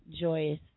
joyous